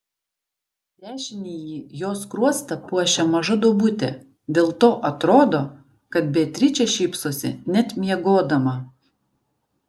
dešinįjį jos skruostą puošia maža duobutė dėl to atrodo kad beatričė šypsosi net miegodama